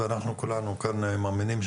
וכולנו כאן מאמינים,